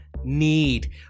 need